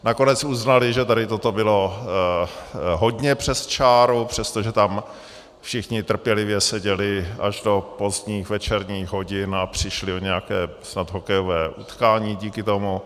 Nakonec uznali, že tady toto bylo hodně přes čáru, přestože tam všichni trpělivě seděli až do pozdních večerních hodin a přišli o nějaké snad hokejové utkání díky tomu.